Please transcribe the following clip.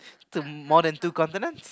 to more than two continents